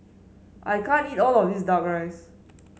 I can't eat all of this duck rice